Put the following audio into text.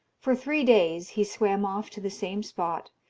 for three days he swam off to the same spot,